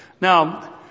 Now